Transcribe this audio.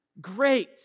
Great